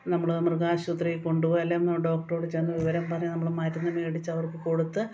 നമ്മള് മൃഗാശുപത്രിയിൽ കൊണ്ടുപോയി അല്ലെങ്കില് ഡോക്ടറോട് ചെന്ന് വിവരം പറഞ്ഞ് നമ്മള് മരുന്ന് മേടിച്ച് അവർക്ക് കൊടുത്ത്